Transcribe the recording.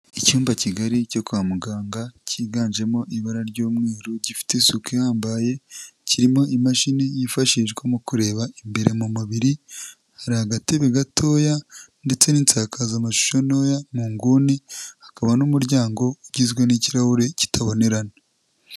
Icyumba kigari cyo kwa muganga cyiganjemo ibara ry'umweru, gifite isuku ihambaye, kirimo imashini yifashishwa mu kureba imbere mu mubiri, hari agatebe gatoya ndetse n'insakazamashusho ntoya mu nguni, hakaba n'umuryango ugizwe n'ikirahure kitabonerana.